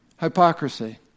Hypocrisy